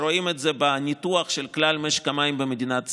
רואים את זה בניתוח של כלל משק המים במדינת ישראל.